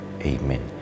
Amen